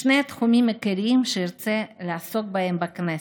יש שני תחומים עיקריים שארצה לעסוק בהם בכנסת: